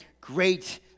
Great